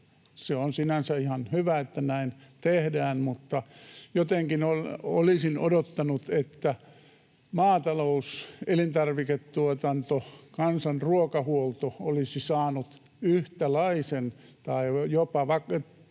Se on sinänsä ihan hyvä, että näin tehdään, mutta jotenkin olisin odottanut, että maatalous, elintarviketuotanto ja kansan ruokahuolto olisi saanut yhtäläisen tai jopa